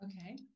Okay